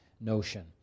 notion